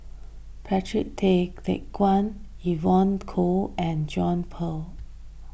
Patrick Tay Teck Guan Evon Kow and John Eber